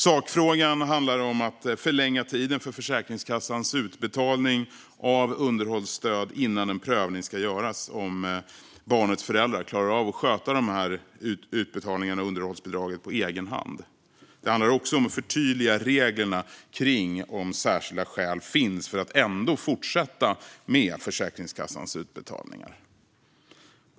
Sakfrågan handlar om att förlänga tiden för Försäkringskassans utbetalning av underhållsstöd innan en prövning ska göras av om barnets föräldrar klarar av att sköta utbetalningarna av underhållsbidraget på egen hand. Det handlar också om att förtydliga reglerna kring om särskilda skäl finns för att ändå fortsätta med Försäkringskassans utbetalningar.